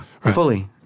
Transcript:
fully